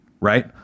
right